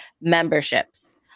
memberships